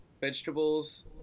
vegetables